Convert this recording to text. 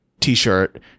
t-shirt